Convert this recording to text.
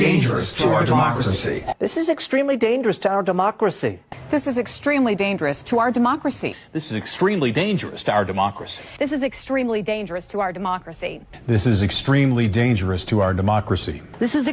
democracy this is extremely dangerous to our democracy this is extremely dangerous to our democracy this is extremely dangerous to our democracy this is extremely dangerous to our democracy this is extremely dangerous to our democracy this is